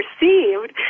received